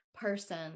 person